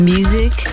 Music